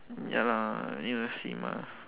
ya lah need to see mah